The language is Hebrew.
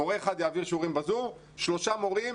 מורה אחד יעביר ב-זום ושלושה מורים